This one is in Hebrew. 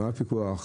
מה הפיקוח?